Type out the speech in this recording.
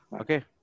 okay